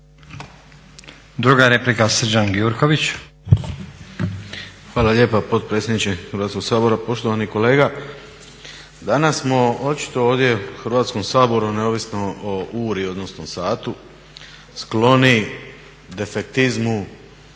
Druga replika Srđan Gjurković.